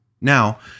Now